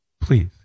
Please